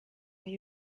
will